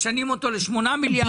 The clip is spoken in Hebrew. משנים אותו לשמונה מיליארד?